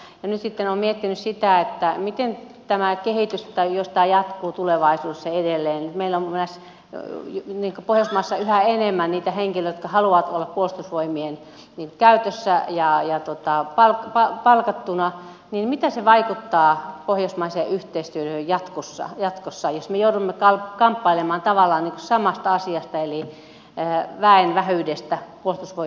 nyt sitten olen miettinyt sitä miten tämä kehitys jos tämä jatkuu tulevaisuudessa edelleen että meillä on pohjoismaissa yhä enemmän niitä henkilöitä jotka eivät halua olla puolustusvoimien käytössä ja palkattuna vaikuttaa pohjoismaiseen yhteistyöhön jatkossa jos me joudumme kamppailemaan tavallaan samasta asiasta eli väen vähyydestä puolustusvoimien käytössä